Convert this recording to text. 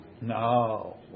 No